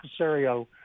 Casario